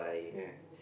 ya